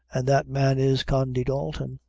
and that man is condy dalton.